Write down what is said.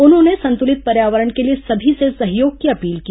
उन्होंने संतुलित पर्यावरण के लिए सभी से सहयोग की अपील की